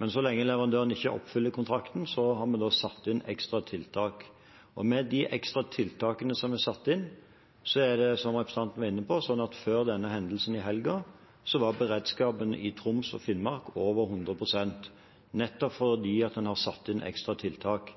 Men så lenge leverandøren ikke oppfyller kontrakten, har vi satt inn ekstratiltak. Som representanten var inne på: Før denne hendelsen i helga var beredskapen i Troms og Finnmark over hundre prosent, nettopp fordi man har satt inn ekstratiltak.